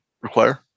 require